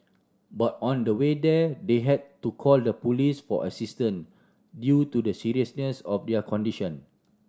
but on the way there they had to call the police for assistance due to the seriousness of their condition